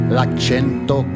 L'accento